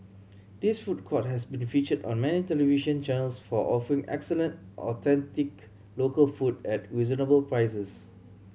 this food court has been featured on many television channels for offering excellent authentic local food at reasonable prices